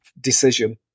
decision